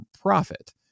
profit